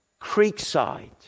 Creekside